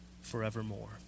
forevermore